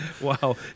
Wow